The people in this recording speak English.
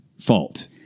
fault